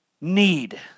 need